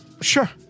Sure